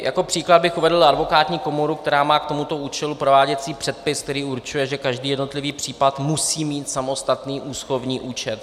Jako příklad bych uvedl advokátní komoru, která má k tomuto účelu prováděcí předpis, který určuje, že každý jednotlivý případ musí mít samostatný úschovný účet.